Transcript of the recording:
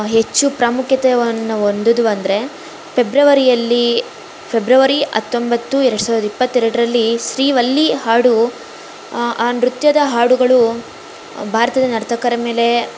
ಹೆಚ್ಚು ಪ್ರಾಮುಖ್ಯತೆಯನ್ನ ಹೊಂದಿದ್ವು ಅಂದರೆ ಪೆಬ್ರವರಿಯಲ್ಲಿ ಫೆಬ್ರವರಿ ಹತ್ತೊಂಬತ್ತು ಎರಡು ಸಾವಿರದ ಇಪ್ಪತ್ತೆರಡರಲ್ಲಿ ಶ್ರೀವಲ್ಲಿ ಹಾಡು ಆ ಆ ನೃತ್ಯದ ಹಾಡುಗಳು ಭಾರ್ತದ ನರ್ತಕರ ಮೇಲೆ